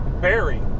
Barry